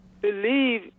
believe